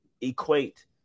equate